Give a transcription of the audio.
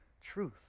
truth